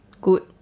good